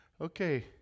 okay